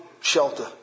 shelter